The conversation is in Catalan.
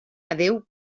adéu